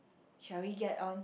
shall we get on